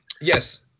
yes